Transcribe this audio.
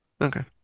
Okay